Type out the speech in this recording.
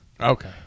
Okay